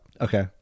okay